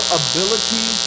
ability